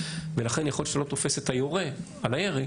ולכן יכול להיות שאתה לא תופס את היורה על הירי